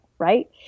Right